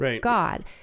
God